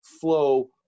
flow